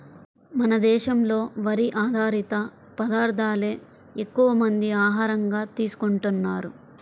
మన దేశంలో వరి ఆధారిత పదార్దాలే ఎక్కువమంది ఆహారంగా తీసుకుంటన్నారు